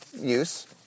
use